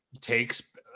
takes